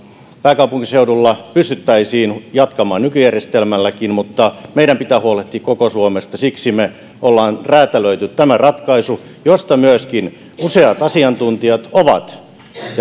pääkaupunkiseudulla pystyttäisiin varmasti jatkamaan nykyjärjestelmälläkin mutta meidän pitää huolehtia koko suomesta siksi me olemme räätälöineet tämän ratkaisun josta myöskin useat asiantuntijat